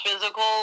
physical